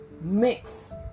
mix